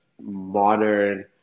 modern